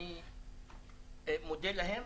אני מודה להם.